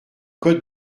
code